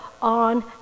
on